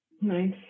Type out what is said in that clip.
Nice